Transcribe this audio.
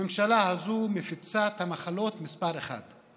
הממשלה הזאת מפיצת מחלות מספר אחת,